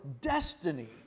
destiny